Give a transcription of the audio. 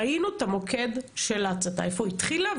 ראינו את המוקד של ההצתה איפה היא התחילה,